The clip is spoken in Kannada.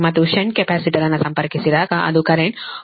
ಮತ್ತು ಷಂಟ್ ಕೆಪಾಸಿಟರ್ ಅನ್ನು ಸಂಪರ್ಕಿಸಿದಾಗ ಅದು ಕರೆಂಟ್ 477